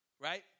right